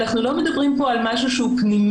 אנחנו לא מדברים פה על משהו שהוא פנימי